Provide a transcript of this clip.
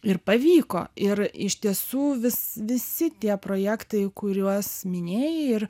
ir pavyko ir iš tiesų vis visi tie projektai kuriuos minėjai ir